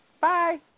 Bye